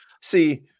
see